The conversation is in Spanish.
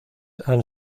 han